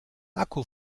akku